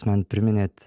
man priminėt